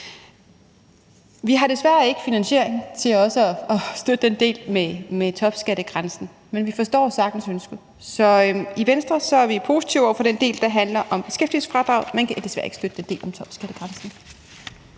Vi har desværre ikke finansiering til også at støtte den del med topskattegrænsen, men vi forstår sagtens ønsket. Så i Venstre er vi positive over for den del, der handler om beskæftigelsesfradraget, men kan desværre ikke støtte den del om topskattegrænsen.